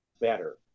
better